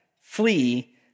flee